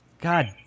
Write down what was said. God